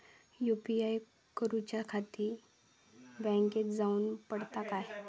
UPI करूच्याखाती बँकेत जाऊचा पडता काय?